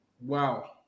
Wow